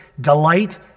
delight